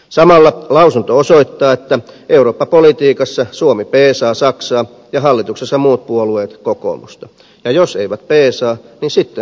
samalla lausunto osoittaa että eurooppapolitiikassa suomi peesaa saksaa ja hallituksessa muut puolueet kokoomusta ja jos eivät peesaa niin sitten hallitus hajoaa